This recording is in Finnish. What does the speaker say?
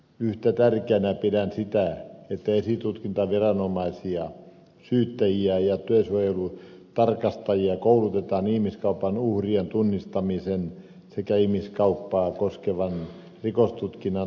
yhtä tärkeänä pidän sitä että esitutkintaviranomaisia syyttäjiä ja työsuojelutarkastajia koulutetaan ihmiskaupan uhrien tunnistamiseen sekä ihmiskauppaa koskevan rikostutkinnan tehostamiseen